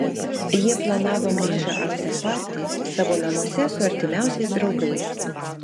jie planavo mažą aftepartį savo namuose su artimiausiais draugais